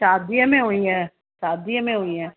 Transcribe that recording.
शादीअ में हुईं ऐं शादीअ में हुईं ऐं